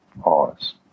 pause